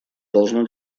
должно